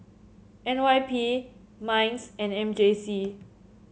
N Y P M INDS and M J C